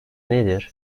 nedir